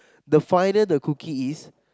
the finer the cookies is